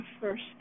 first